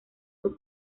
sus